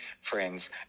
friends